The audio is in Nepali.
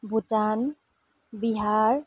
भुटान बिहार